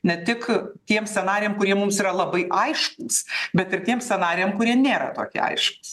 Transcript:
ne tik tiems scenarijam kurie mums yra labai aiškūs bet ir tiems scenarijam kurie nėra tokie aiškūs